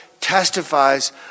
testifies